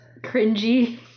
Cringy